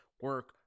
Work